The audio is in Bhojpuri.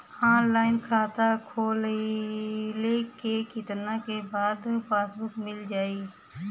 ऑनलाइन खाता खोलवईले के कितना दिन बाद पासबुक मील जाई?